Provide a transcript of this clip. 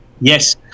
Yes